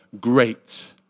great